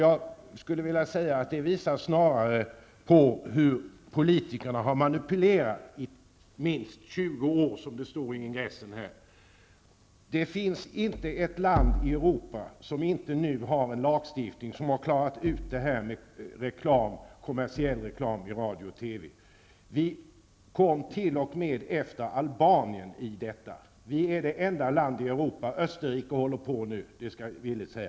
Jag skulle snarare säga att det visar på hur politikerna har manipulerat i minst 20 år. Det finns inte ett land i Europa som inte har en lagstiftning där man har klarat ut frågan om kommersiell reklam i radio och TV. Sverige ligger t.o.m. efter Albanien på det här området. Österrike håller nu på med en sådan lagstiftning.